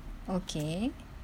okay